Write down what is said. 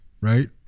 right